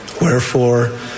Wherefore